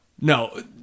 no